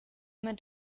mit